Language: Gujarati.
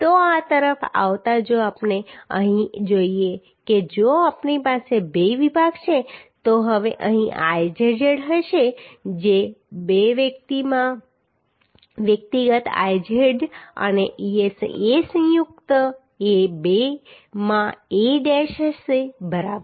તો આ તરફ આવતા જો આપણે અહીં જોઈએ કે જો આપણી પાસે બે વિભાગ છે તો હવે અહીં Izz હશે 2 માં Iz વ્યક્તિગત Iz અને A સંયુક્ત A એ 2 માં A ડેશ હશે બરાબર